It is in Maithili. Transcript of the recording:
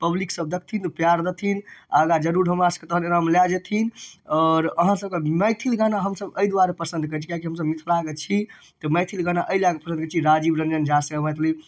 पब्लिकसब देखथिन तऽ प्यार देथिन आगाँ जरूर हमरासबके तहन लऽ जेथिन आओर अहाँसबके मैथिल गाना हमसब एहि दुआरे हमसब पसन्द करै छी कियाकि हमसब मिथिलाके छी तऽ मैथिल गाना एहि लऽ कऽ पसन्द करै छी राजीव रंजन झा से मैथिली